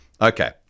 Okay